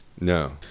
No